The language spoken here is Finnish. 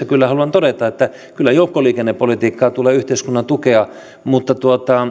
kyllä haluan todeta että kyllä joukkoliikennepolitiikkaa tulee yhteiskunnan tukea mutta